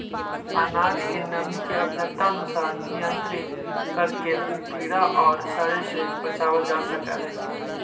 अनाज के नमी के आवश्यकतानुसार नियन्त्रित करके उ कीड़ा औउर सड़े से बचावल जा सकऽ हई